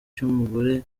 cy’umugore